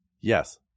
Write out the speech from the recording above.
Yes